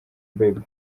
bieber